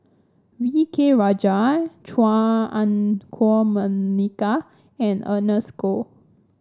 V K Rajah Chua Ah Huwa Monica and Ernest Goh